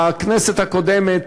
בכנסת הקודמת